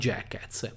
Jackets